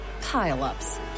pile-ups